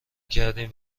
کردیم